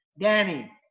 danny